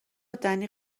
دنی